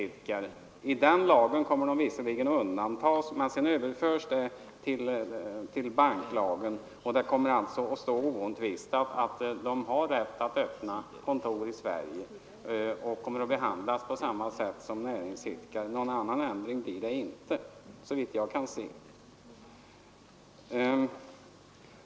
I lagen om rätt för utländskt företag att idka näring i Sverige kommer bankerna visserligen att undantas, men sedan överförs resonemanget till banklagen, och det kommer alltså att stå oomtvistat att utländska banker har rätt att öppna kontor i Sverige och att de kommer att behandlas på samma sätt som näringsidkare. Någon annan ändring blir det inte, såvitt jag kan se.